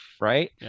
right